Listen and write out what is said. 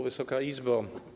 Wysoka Izbo!